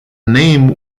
name